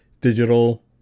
digital